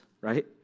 right